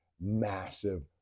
massive